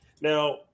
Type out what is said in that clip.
Now